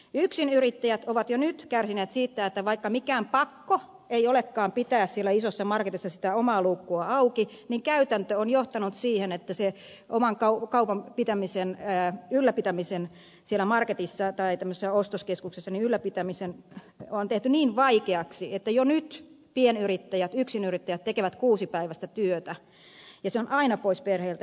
yksinyrittäjät ovat jo nyt kärsineet siitä että vaikka mikään pakko ei olekaan pitää siellä isossa marketissa sitä omaa luukkua auki niin käytäntö on johtanut siihen että se oman kaupan ylläpitäminen siellä marketissa tai ostoskeskuksessa on tehty niin vaikeaksi että jo nyt pienyrittäjät yksinyrittäjät tekevät kuusipäiväistä työtä ja se on aina pois perheeltä